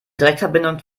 direktverbindung